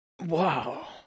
wow